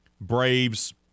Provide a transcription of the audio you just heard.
Braves